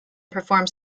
performs